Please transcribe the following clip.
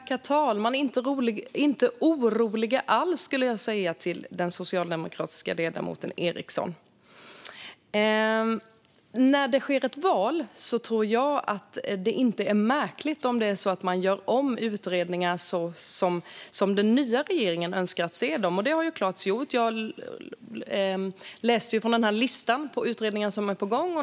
Herr talman! Inte oroliga alls, skulle jag säga till den socialdemokratiska ledamoten Eriksson. Efter ett val tycker jag inte att det är märkligt att man gör om utredningar som den nya regeringen önskar att se dem, och det har såklart gjorts. Jag läste från listan över utredningar som är på gång.